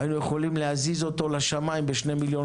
הינו יכולים להזיז אותו לשמים ב-2 מיליון